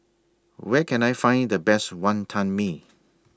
Where Can I Find The Best Wantan Mee